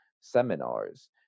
seminars